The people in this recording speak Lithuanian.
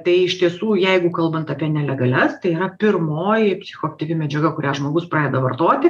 tai iš tiesų jeigu kalbant apie nelegalias tai yra pirmoji psichoaktyvi medžiaga kurią žmogus pradeda vartoti